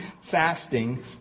fasting